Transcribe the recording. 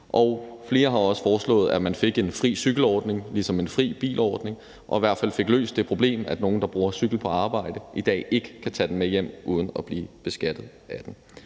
Flere har også foreslået, at man fik en fri cykel-ordning ligesom en fri bil-ordning og i hvert fald fik løst det problem, at nogle, der bruger cykel på arbejde, i dag ikke kan tage den med hjem uden at blive beskattet af den.